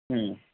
ಹ್ಞೂ